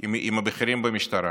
עם הבכירים במשטרה